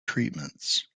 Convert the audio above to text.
treatments